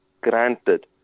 granted